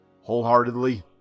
wholeheartedly